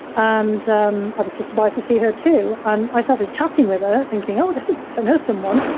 and um i was just as surprised to see her too. and i started chatting with her thinking, oh, this is nice. i know someone.